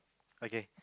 okay